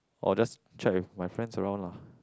or just chat with my friends around lah